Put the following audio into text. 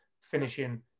finishing